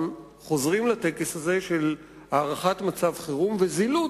חוזרים לטקס הזה של הארכת מצב החירום וזילות,